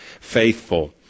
faithful